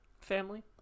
Family